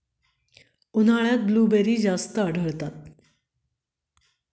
उन्हाळ्यात ब्लूबेरी जास्त आढळतात